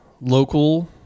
local